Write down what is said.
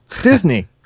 Disney